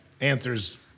answer's